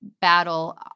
battle